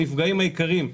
הנפגעים העיקריים,